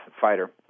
fighter